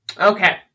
Okay